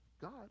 God